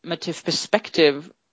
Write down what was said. perspective